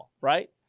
right